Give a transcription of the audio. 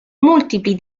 multipli